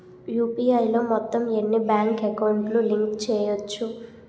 UPI లో మొత్తం ఎన్ని బ్యాంక్ అకౌంట్ లు లింక్ చేయచ్చు?